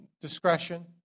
discretion